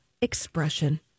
expression